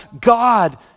God